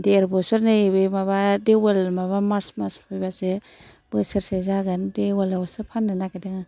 देर बोसोर नै बे माबा देउल माबा मार्च मास फैबासो बोसोरसे जागोन देवलावसो फाननो नागिरदों आं